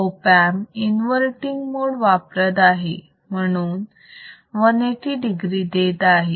op amp inverting mode वापरत आहे म्हणून 180 degree देत आहे